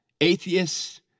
atheists